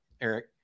Eric